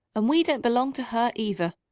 and we don't belong to her either.